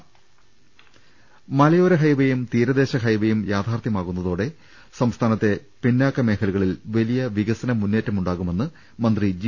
്്്്്്്് മലയോര ഹൈവേയും തീരദേശ ഹൈവേയും യാഥാർത്ഥ്യമാ വുന്നതോടെ സംസ്ഥാനത്തെ പിന്നാക്ക മേഖലകളിൽ വലിയ വികസന മുന്നേറ്റമുണ്ടാകുമെന്ന് മന്ത്രി ജി